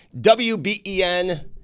WBen